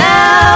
Now